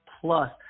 plus